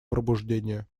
пробуждение